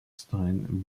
stein